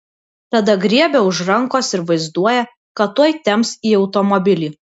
tada griebia už rankos ir vaizduoja kad tuoj temps į automobilį